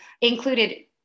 included